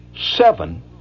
seven